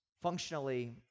functionally